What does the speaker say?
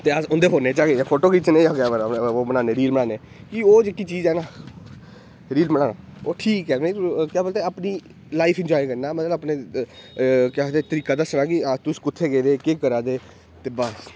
ते अस उंदे फोनै च फोटो खिच्चने ते रील बनान्ने ते भी ओह् चीज़ ऐ ना रील बनाओ ओह् ठीक ऐ कि भई लाईफ गी बचाव करना में ते अपने तरीका दस्से दा कि तुस कुत्थै गेदे केह् करा दे हे ते बस